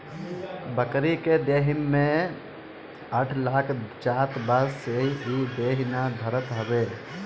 बकरी के देहि में अठइ लाग जात बा जेसे इ देहि ना धरत हवे